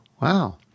Wow